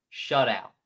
shutout